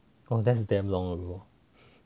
oh that's damn long ago